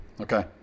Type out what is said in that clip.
Okay